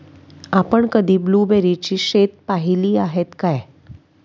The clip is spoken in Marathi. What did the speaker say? आपण कधी ब्लुबेरीची शेतं पाहीली आहेत काय?